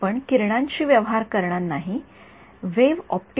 आपण किरणांशी व्यवहार करीत नाही ही वेव्ह ऑप्टिक्स आहे